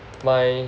my